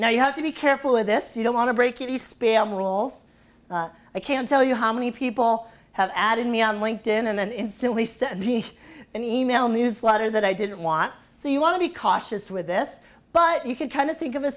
now you have to be careful with this you don't want to break it you spam rules i can't tell you how many people have added me on linked in and then instantly sent me an e mail newsletter that i didn't want so you want to be cautious with this but you could kind of think of a